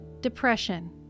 Depression